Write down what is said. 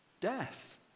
death